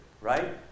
right